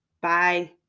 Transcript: Bye